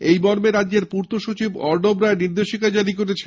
এই মর্মে রাজ্যের পূর্ত সচিব অর্নব রায় নির্দেশিকা জারি করেছেন